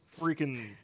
freaking